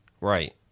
Right